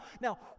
now